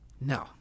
No